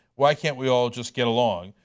why can't we all just get along?